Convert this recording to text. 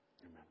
amen